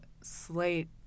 slate